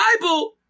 Bible